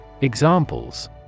Examples